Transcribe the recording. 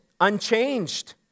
unchanged